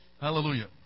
Hallelujah